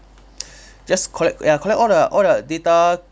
just collect ya collect all the all the data